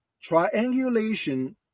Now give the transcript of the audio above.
Triangulation